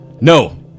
No